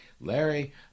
Larry